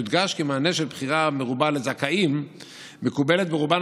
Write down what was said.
יודגש כי מענה של בחירה מרובה לזכאים מקובלת ברובן